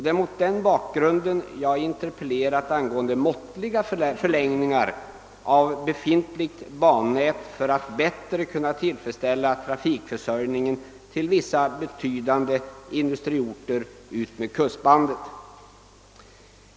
Det är mot den bakgrunden jag interpellerat angående måttliga förläggningar av befintligt bannät för att bättre kunna tillfredsställa trafikförsörjningen till vissa betydande industriorter utmed kustbandet.